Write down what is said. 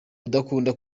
udakunda